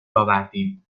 آوردیم